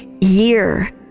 year